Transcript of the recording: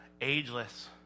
ageless